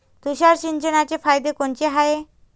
तुषार सिंचनाचे फायदे कोनचे हाये?